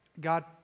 God